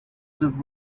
they